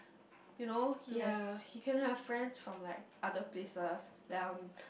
you know he has he can have friends from like other places